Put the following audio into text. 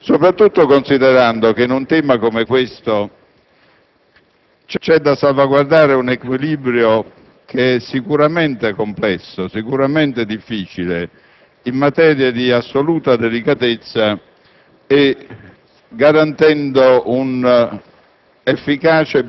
riflesse anche sullo svolgimento dei lavori parlamentari, soprattutto considerando la necessità di salvaguardare un equilibrio sicuramente complesso, sicuramente difficile, in una materia di assoluta delicatezza